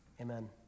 Amen